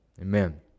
Amen